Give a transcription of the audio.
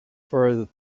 for